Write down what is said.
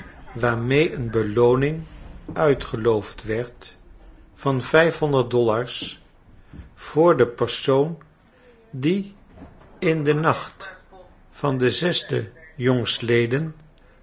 waarmee een belooning uitgeloofd werd van vijfhonderd dollars voor den persoon die in den nacht van den